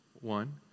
One